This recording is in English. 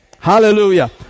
Hallelujah